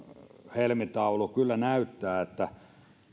helmitauluni kyllä näyttää muuta